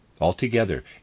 Altogether